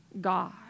God